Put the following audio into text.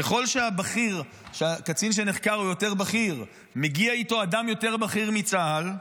ככל שהקצין שנחקר הוא יותר בכיר מגיע איתו אדם בכיר יותר מצה"ל.